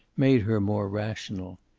made her more rational.